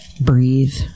breathe